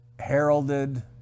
heralded